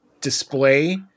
display